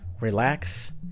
relax